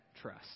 trust